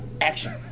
Action